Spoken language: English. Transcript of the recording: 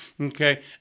Okay